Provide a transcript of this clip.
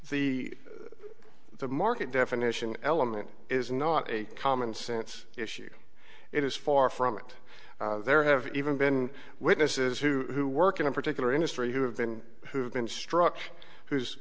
the the market definition element is not a common sense issue it is far from it there have even been witnesses who work in a particular industry who have been who have been struck whose